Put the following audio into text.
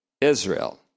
Israel